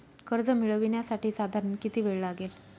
कर्ज मिळविण्यासाठी साधारण किती वेळ लागेल?